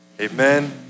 Amen